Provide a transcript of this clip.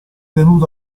tenuti